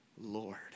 Lord